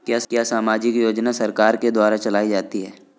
क्या सामाजिक योजना सरकार के द्वारा चलाई जाती है?